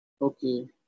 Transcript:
Okay